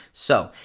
so,